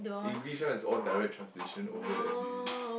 English one is all direct translation over the M_V